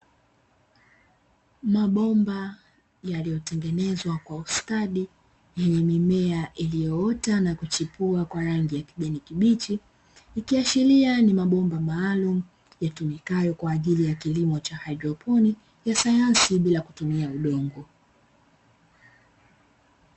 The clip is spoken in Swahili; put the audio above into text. Mabomba yaliyotengenezwa kwa ustadi yenye mimea iliyoota na kuchipua kwa rangi ya kijani kibichi, ikiashiria ni mabomba maalumu yatumikayo kwa ajili ya kilimo cha haidroponi ya sayansi bila kutumia udongo.